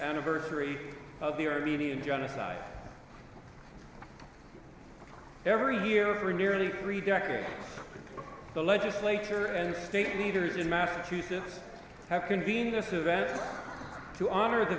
anniversary of the armenian genocide every year for nearly three decades the legislature and state leaders in massachusetts have convened this event to honor the